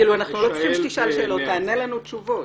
אנחנו לא צריכים שתשאל שאלות, תענה לנו תשובות.